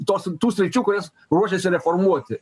tos tų sričių kurias ruošiasi reformuoti